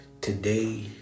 Today